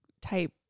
type